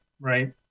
Right